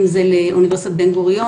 אם זה לאוניברסיטת בן גוריון,